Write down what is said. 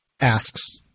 asks